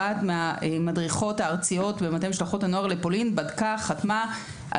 אחת המדריכות הארציות במטה משלחות הנוער לפולין בדקה וחתמה.